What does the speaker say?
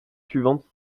suivante